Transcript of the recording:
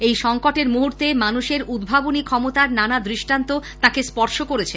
এই সঙ্কটের মূহূর্তে মানুষের উদ্ভাবনী ক্ষমতার নানা দৃষ্টান্ত তাঁকে স্পর্শ করেছে